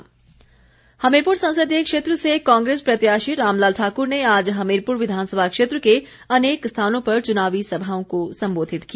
रामलाल हमीरपुर संसदीय क्षेत्र से कांग्रेस प्रत्याशी रामलाल ठाकुर ने आज हमीरपुर विधानसभा क्षेत्र के अनेक स्थानों पर चुनावी सभाओं को संबोधित किया